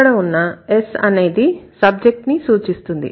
ఇక్కడ ఉన్న S అనేది సబ్జెక్ట్ ని సూచిస్తుంది